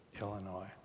Illinois